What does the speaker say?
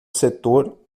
setor